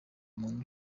muntu